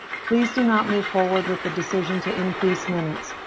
please do not move forward with the decision to increase minutes.